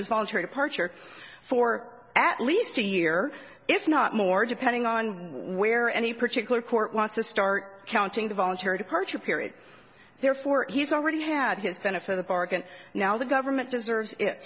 his voluntary departure for at least a year if not more depending on where any particular court wants to start counting the voluntary departure period therefore he's already had his benefit of the bargain now the government deserves it